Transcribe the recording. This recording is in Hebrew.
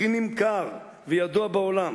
הכי נמכר וידוע בעולם.